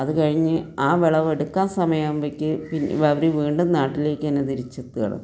അത് കഴിഞ്ഞു ആ വിളവ് എടുക്കാൻ സമയാവുമ്പഴേക്ക് പിന്നെ അവർ വീണ്ടും നാട്ടിലേക്ക് തന്നെ തിരിച്ചെത്തുകയാണ്